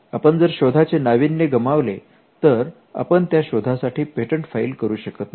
आपण जर शोधाचे नाविन्य गमावले तर आपण त्या शोधासाठी पेटंट फाईल करू शकत नाही